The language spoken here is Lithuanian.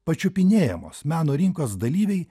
pačiupinėjamos meno rinkos dalyviai